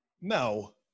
No